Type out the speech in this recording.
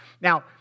Now